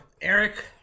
Eric